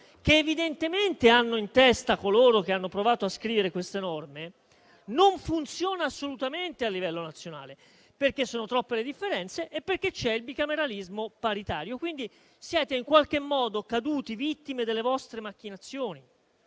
che evidentemente hanno in testa coloro che hanno provato a scrivere queste norme non funziona assolutamente a livello nazionale, però, perché sono troppe le differenze e perché c'è il bicameralismo paritario. Siete quindi caduti vittima delle vostre macchinazioni